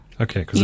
Okay